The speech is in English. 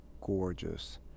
gorgeous